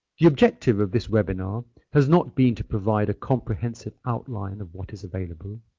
the objective of this webinar has not been to provide a comprehensive outline of what is available.